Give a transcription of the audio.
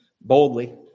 boldly